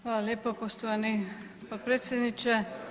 Hvala lijepo poštovani potpredsjedniče.